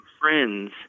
friends